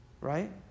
right